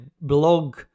blog